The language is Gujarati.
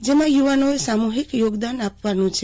જેમાં યુવાનોએ સામુહિક યોગદાન આપવાનું છે